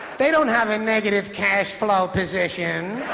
they don't have a negative cash flow position,